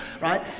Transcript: right